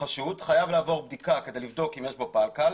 חשוד חייב לעבור בדיקה כדי לבדוק אם יש בו פלקל.